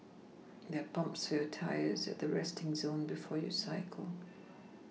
there are pumps for your tyres at the resting zone before you cycle